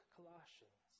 Colossians